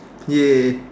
!yay!